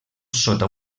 sota